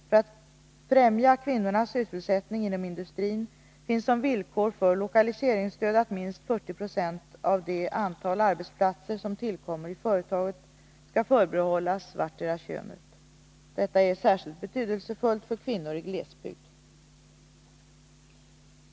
För att främja kvinnornas sysselsättning inom industrin finns som villkor för lokaliseringsstöd att minst 40 26 av det antal arbetsplatser som tillkommer i företaget skall förbehållas vartdera könet. Detta är särskilt betydelsefullt för kvinnor i glesbygd.